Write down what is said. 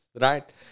right